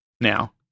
Now